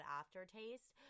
aftertaste